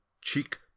cheek